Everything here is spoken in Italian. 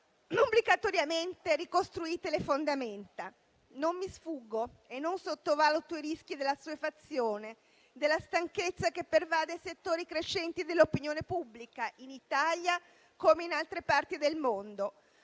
obbligatoriamente ricostruite le fondamenta. Non mi sfuggono e non sottovaluto i rischi dell'assuefazione, della stanchezza che pervade settori crescenti dell'opinione pubblica in Italia come in altre parti del mondo.